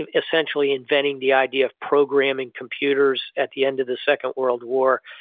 and essentially inventing the idea of programming computers at the end of the second world war,